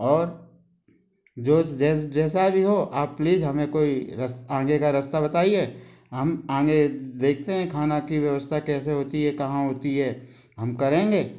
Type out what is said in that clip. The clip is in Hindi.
और जो जैसे भी हो आप प्लीज़ हमे कोई रस आगे का रास्ता बताइए हम आगे देखते हैं खाना की व्यवस्था कैसे होती है कहाँ होती है हम करेंगे